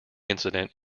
incident